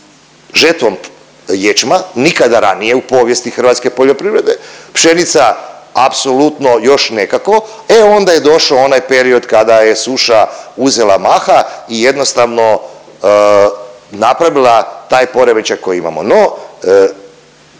žetvom ječma nikada ranije u povijesti hrvatske poljoprivrede, pšenica apsolutno još nekako, e onda je došao onaj period kada je suša uzela maha i jednostavno napravila taj poremećaj koji imamo.